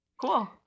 Cool